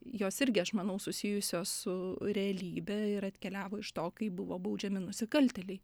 jos irgi aš manau susijusios su realybe ir atkeliavo iš to kaip buvo baudžiami nusikaltėliai